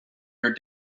your